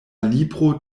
libro